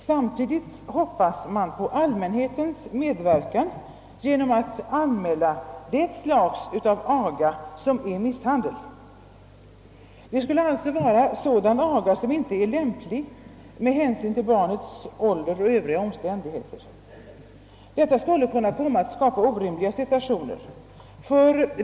Samtidigt hoppas man på allmänhetens medverkan genom anmälan av sådan aga som är misshandel, d.v.s. aga som inte är lämplig med hänsyn till barnets ålder och övriga omständigheter. Därigenom skulle orimliga situationer skapas.